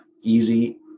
easy